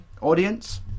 Audience